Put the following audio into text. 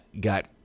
got